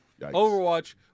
Overwatch